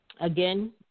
again